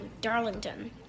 Darlington